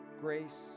grace